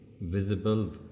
visible